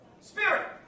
Spirit